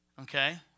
okay